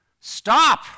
stop